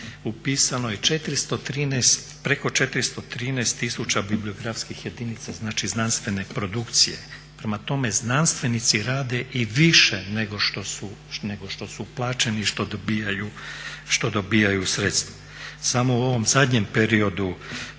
upisano je 413, preko 413 tisuća bibliografskih jedinica, znači znanstvene produkcije. Prema tome, znanstvenici rade i više nego što su plaćeni, nego što dobijaju sredstva. Samo u ovom zadnjem periodu